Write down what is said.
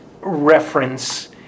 reference